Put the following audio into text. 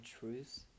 truth